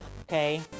okay